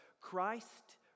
Christ